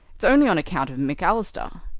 it's only on account of mcalister.